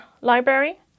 library